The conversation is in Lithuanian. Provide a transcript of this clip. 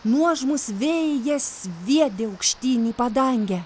nuožmūs vėjai jas sviedė aukštyn į padangę